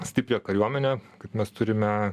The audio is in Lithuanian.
stiprią kariuomenę kad mes turime